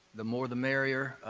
the more the merrier.